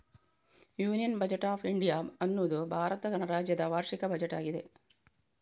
union budget of India ಅನ್ನುದು ಭಾರತ ಗಣರಾಜ್ಯದ ವಾರ್ಷಿಕ ಬಜೆಟ್ ಆಗಿದೆ